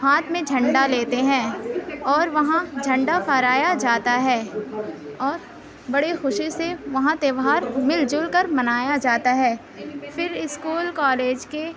ہاتھ میں جھنڈا لیتے ہیں اور وہاں جھنڈا پھہرایا جاتا ہے اور بڑے خوشی سے وہاں تہوار مل جل کر منایا جاتا ہے پھر اسکول کالج کے